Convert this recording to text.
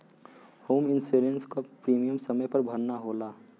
home insurance क premium समय पर भरना होला